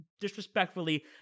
disrespectfully